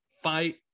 fight